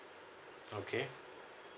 okay